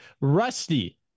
Rusty